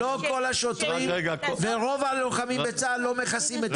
לא כל השוטרים ורוב הלוחמים בצה"ל לא מכסים את פניהם.